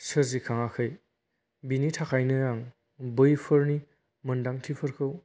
सोरजिखाङाखै बिनि थाखायनो आं बैफोरनि मोनदांथिफोरखौ